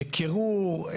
קירור,